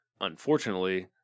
unfortunately